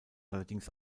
allerdings